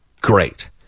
great